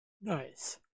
Nice